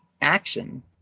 action